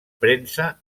prensa